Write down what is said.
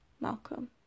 malcolm